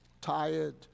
tired